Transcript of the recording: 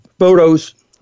photos